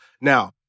Now